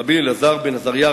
רבי אלעזר בן עזריה,